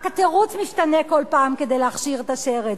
רק התירוץ משתנה כל פעם כדי להכשיר את השרץ.